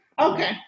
Okay